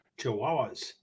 chihuahuas